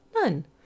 None